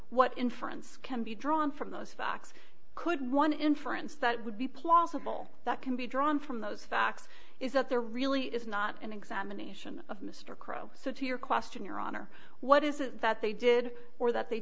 what inference can be drawn from those facts could one inference that would be plausible that can be drawn from those facts is that there really is not an examination of mr crow so to your question your honor what is it that they did or that they